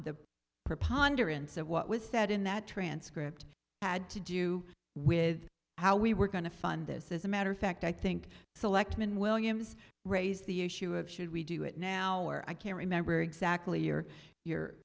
the preponderance of what was said in that transcript had to do with how we were going to fund this as a matter of fact i think selectman williams raised the issue of should we do it now or i can't remember exactly